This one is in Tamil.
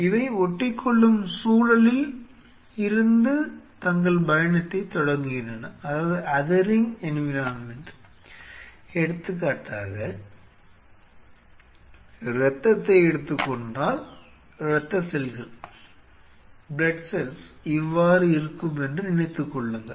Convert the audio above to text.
இவை ஒட்டிக்கொள்ளும் சூழலில் இருந்து தங்கள் பயணத்தைத் தொடங்குகின்றன எடுத்துக்காட்டாக இரத்தத்தை எடுத்துக்கொண்டால் இரத்த செல்கள் இவ்வாறு இருக்கும் என்று நினைத்துக்கொள்ளுங்கள்